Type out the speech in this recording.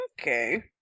Okay